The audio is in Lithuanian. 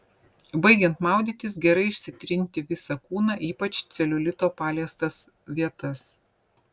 baigiant maudytis gerai išsitrinti ir visą kūną ypač celiulito paliestas vietas